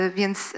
więc